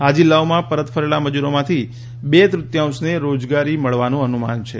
આ જિલ્લાઓમાં પરત ફરેલા મજૂરોમાંથી બે તૃતીયાંશને રોજગારી મળવાનું અનુમાન છે